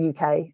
UK